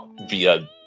via